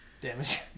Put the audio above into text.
damage